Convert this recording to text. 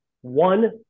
one